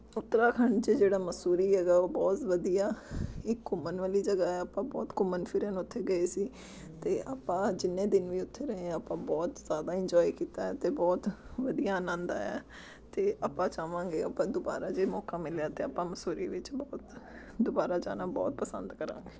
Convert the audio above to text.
ਉੱਤਰਾਖੰਡ 'ਚ ਜਿਹੜਾ ਮੰਸੂਰੀ ਹੈਗਾ ਉਹ ਬਹੁਤ ਵਧੀਆ ਇੱਕ ਘੁੰਮਣ ਵਾਲੀ ਜਗ੍ਹਾ ਹੈ ਆਪਾਂ ਬਹੁਤ ਘੁੰਮਣ ਫਿਰਨ ਉੱਥੇ ਗਏ ਸੀ ਅਤੇ ਆਪਾਂ ਜਿੰਨੇ ਦਿਨ ਵੀ ਉੱਥੇ ਰਹੇ ਹਾਂ ਆਪਾਂ ਬਹੁਤ ਜ਼ਿਆਦਾ ਇੰਜੋਏ ਕੀਤਾ ਅਤੇ ਬਹੁਤ ਵਧੀਆ ਆਨੰਦ ਆਇਆ ਹੈ ਅਤੇ ਆਪਾਂ ਚਾਵਾਂਗੇ ਆਪਾਂ ਦੁਬਾਰਾ ਜੇ ਮੌਕਾ ਮਿਲਿਆ ਤਾਂ ਆਪਾਂ ਮਨਸੂਰੀ ਵਿੱਚ ਬਹੁਤ ਦੁਬਾਰਾ ਜਾਣਾ ਬਹੁਤ ਪਸੰਦ ਕਰਾਂਗੇ